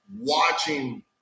watching